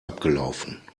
abgelaufen